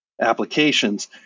applications